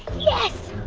yes!